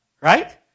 right